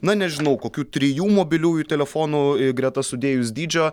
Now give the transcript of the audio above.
na nežinau kokių trijų mobiliųjų telefonų greta sudėjus dydžio